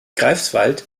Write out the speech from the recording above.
greifswald